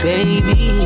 Baby